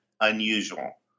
unusual